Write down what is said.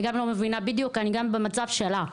אני גם לא מבינה, אני גם בדיוק במצב שלה.